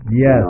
Yes